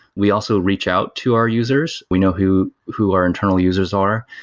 we also reach out to our users. we know who who our internal users are.